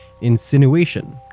insinuation